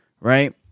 Right